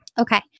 Okay